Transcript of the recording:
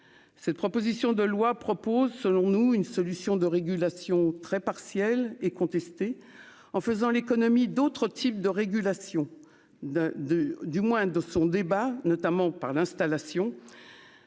cette proposition de loi propose, selon nous, une solution de régulation très partiel et contesté en faisant l'économie d'autres types de régulation de de, du moins de son débat, notamment par l'installation